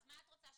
אז מה את רוצה,